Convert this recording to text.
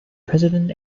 president